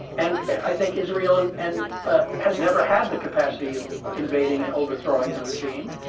and i think israel and and ah has never had the capacity of invading and overthrowing the regime,